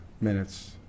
Minutes